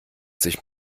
sich